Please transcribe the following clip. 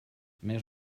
més